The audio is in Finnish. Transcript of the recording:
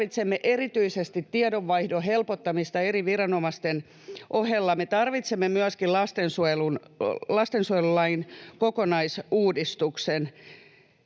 tarvitsemme erityisesti tiedonvaihdon helpottamista eri viranomaisten ohella. Me tarvitsemme myöskin lastensuojelulain kokonaisuudistuksen.